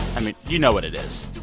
i mean, you know what it is.